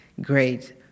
great